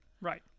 Right